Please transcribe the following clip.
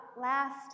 last